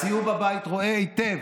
הציבור בבית רואה היטב